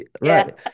Right